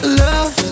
love